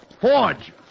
Forge